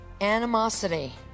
ANIMOSITY